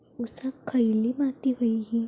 ऊसाक खयली माती व्हयी?